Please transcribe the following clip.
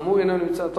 גם הוא אינו נמצא.